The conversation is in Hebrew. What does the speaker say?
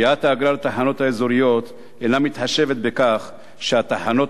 קביעת האגרה לתחנות האזוריות אינה מתחשבת בכך שהתחנות